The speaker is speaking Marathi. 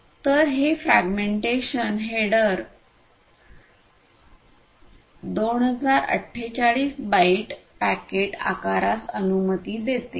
तर हे फ्रेगमेंटेशन हेडर 2048 बाइट पॅकेट आकारास अनुमती देते